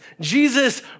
Jesus